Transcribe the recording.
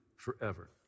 Forever